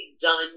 done